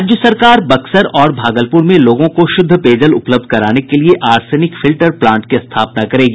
राज्य सरकार बक्सर और भागलपुर में लोगों को शुद्ध पेयजल उपलब्ध कराने के लिए आर्सेनिक फिल्टर प्लांट की स्थापना करेगी